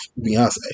Beyonce